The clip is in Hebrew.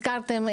הזכרתם,